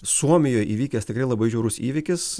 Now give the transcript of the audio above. suomijoj įvykęs tikrai labai žiaurus įvykis